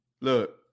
look